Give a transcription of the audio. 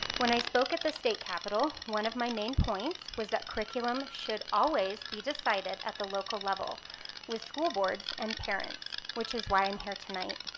when i spoke at the state capital, one of my main points was that curriculum should always be decided at the local level with school boards and parents, which is why i am here tonight.